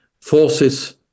forces